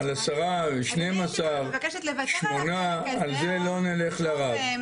עשרה, על שניים עשר, שמונה, על זה לא נלך לרב.